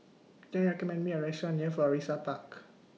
Can YOU recommend Me A Restaurant near Florissa Park